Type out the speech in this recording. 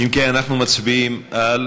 אם כן, אנחנו מצביעים על